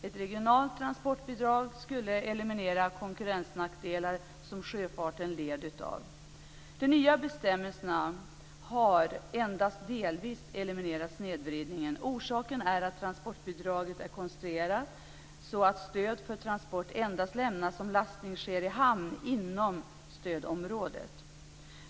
Ett regionalt transportbidrag skulle eliminera konkurrensnackdelar som sjöfarten led av. De nya bestämmelserna har endast delvis eliminerat snedvridningen. Orsaken är att transportbidraget är konstruerat så att stöd för transport endast lämnas om lastning sker i hamn inom stödområdet.